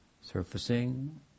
surfacing